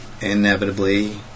inevitably